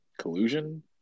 collusion